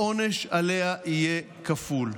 העונש עליה יהיה כפול.